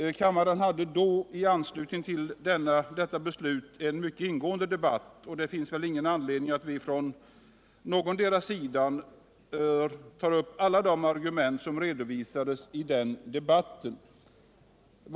Kammaren hade i anslutning till det beslutet en mycket ingående debatt, och det finns väl ingen anledning från någondera sidan att ta upp alla de argument som redovisades i den debatten.